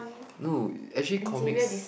no actually comics